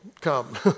come